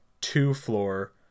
two-floor